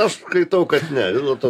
aš skaitau kad ne vis dėl to